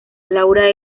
laura